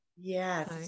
yes